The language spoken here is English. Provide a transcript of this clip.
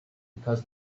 because